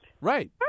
Right